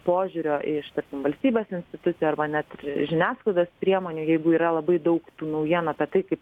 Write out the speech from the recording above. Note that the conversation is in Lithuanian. požiūrio iš tarkim valstybės institucijų arba net žiniasklaidos priemonių jeigu yra labai daug tų naujienų apie tai kaip